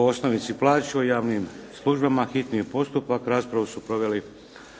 o osnovici plaća u javnim službama, hitni postupak,